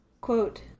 Quote